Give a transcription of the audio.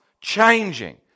changing